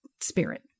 spirit